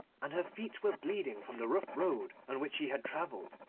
and her feet were bleeding from the rough road on which she had travelled,